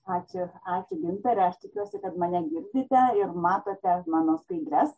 ačiū ačiū gintare aš tikiuosi kad mane girdite ir matote mano skaidres